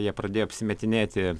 jie pradėjo apsimetinėti